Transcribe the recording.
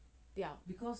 ya